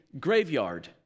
graveyard